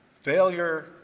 Failure